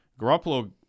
Garoppolo